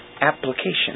application